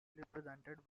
represented